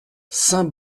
saint